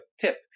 tip